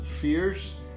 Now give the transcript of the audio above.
fears